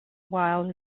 while